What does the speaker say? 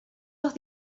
los